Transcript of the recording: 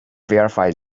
verify